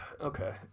okay